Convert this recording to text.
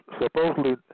supposedly